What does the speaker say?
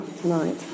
tonight